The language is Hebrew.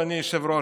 אדוני היושב-ראש,